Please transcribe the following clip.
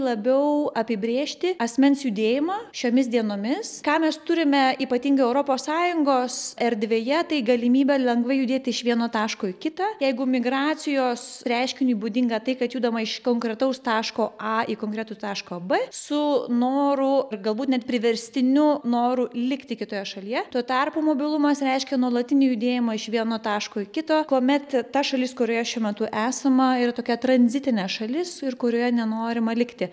labiau apibrėžti asmens judėjimą šiomis dienomis ką mes turime ypatingai europos sąjungos erdvėje tai galimybę lengvai judėti iš vieno taško į kitą jeigu migracijos reiškiniui būdinga tai kad judama iš konkretaus taško a į konkretų tašką b su noru ar galbūt net priverstiniu noru likti kitoje šalyje tuo tarpu mobilumas reiškia nuolatinį judėjimą iš vieno taško į kitą kuomet ta šalis kurioje šiuo metu esama yra tokia tranzitinė šalis ir kurioje nenorima likti